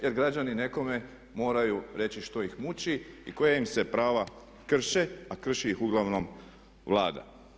Jer građani nekome moraju reći što ih muči i koja ima se prava krše, a krši ih uglavnom Vlada.